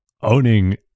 owning